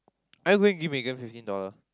are you going to give Megan fifteen dollar